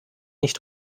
nicht